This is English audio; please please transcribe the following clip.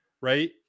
right